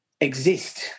exist